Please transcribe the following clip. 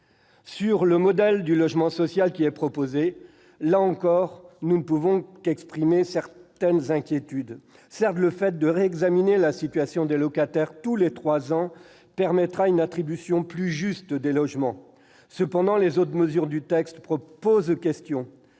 Sur le modèle du logement social qui est proposé, là encore, nous ne pouvons qu'exprimer certaines inquiétudes. Certes, le fait de réexaminer la situation des locataires tous les trois ans permettra une attribution plus juste des logements. Cependant, les autres mesures du texte posent question.